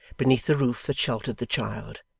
beneath the roof that sheltered the child.